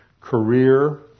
career